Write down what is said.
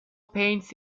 paints